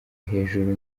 hejuru